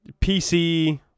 PC